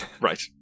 right